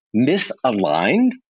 misaligned